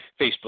Facebook